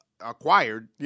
acquired